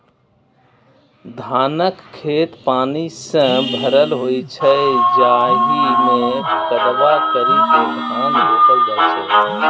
धानक खेत पानि सं भरल होइ छै, जाहि मे कदबा करि के धान रोपल जाइ छै